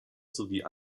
sowie